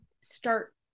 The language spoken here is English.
start